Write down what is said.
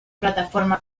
plataforma